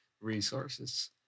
resources